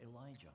Elijah